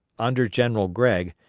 under general gregg,